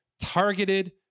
targeted